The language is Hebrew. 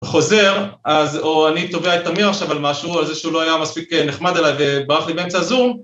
חוזר אז או אני תובע את אמיר עכשיו על משהו על זה שהוא לא היה מספיק נחמד אליי וברח לי באמצע הזום